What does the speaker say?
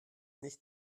nicht